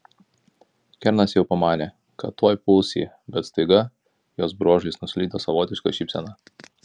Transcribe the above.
kernas jau pamanė kad tuoj puls jį bet staiga jos bruožais nuslydo savotiška šypsena